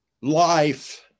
life